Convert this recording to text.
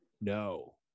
No